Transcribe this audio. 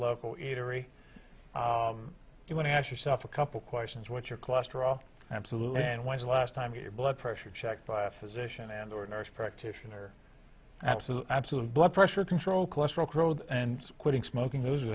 local eatery you want to ask yourself a couple questions what's your cholesterol absolutely and why the last time your blood pressure checked by a physician and or nurse practitioner absolute absolute blood pressure control cholesterol growth and quitting smoking those are